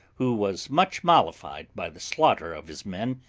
who was much mollified by the slaughter of his men,